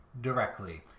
directly